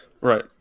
right